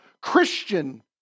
Christian